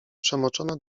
przemoczona